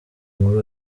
muri